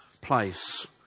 place